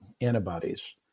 antibodies